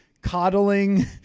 coddling